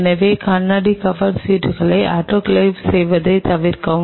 எனவே கண்ணாடி கவர் சீட்டுகளை ஆட்டோகிளேவ் செய்வதைத் தவிர்க்கவும்